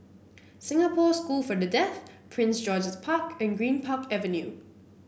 Singapore School for the Deaf Prince George's Park and Greenpark Avenue